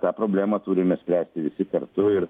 tą problemą turime spręsti visi kartu ir